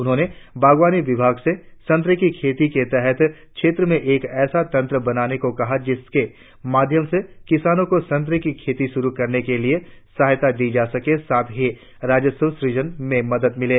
उन्होंने बागवानी विभाग से संतरे की खेती के तहत क्षेत्र में एक ऐसा तंत्र बनाने को कहा जिसके माध्य्म से किसानों को संतरे की खेती शुरु करने के लिए सहायता दी जा सके साथ ही राजस्व सृजन में मदद मिल सके